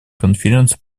конференция